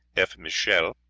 f. michel,